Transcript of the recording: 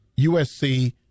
USC